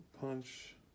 Punch